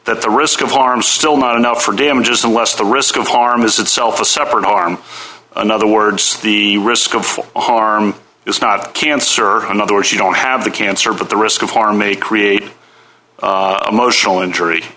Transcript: that the risk of harm still not enough for damages unless the risk of harm is itself a separate harm in other words the risk of harm is not a cancer in other words you don't have the cancer but the risk of harm a create motional injury